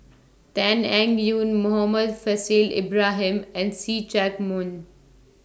Tan Eng Yoon Muhammad Faishal Ibrahim and See Chak Mun